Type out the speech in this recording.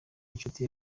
inshuti